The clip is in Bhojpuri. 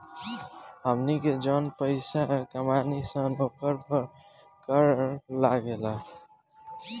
हमनी के जौन पइसा कमानी सन ओकरा पर कर लागेला